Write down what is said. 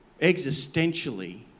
existentially